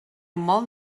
molt